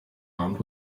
round